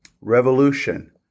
Revolution